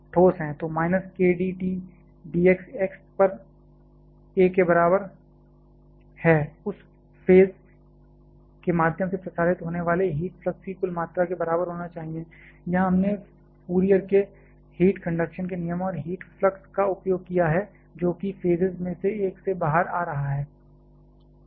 तो minus k d T d x x पर a के बराबर है उस फेस के माध्यम से प्रसारित होने वाले हीट फ्लक्स की कुल मात्रा के बराबर होना चाहिए यहां हमने फूरियर के हीट कंडक्शन के नियम और हीट फ्लक्स का उपयोग किया है जो कि फेजेस में से एक से बाहर आ रहा है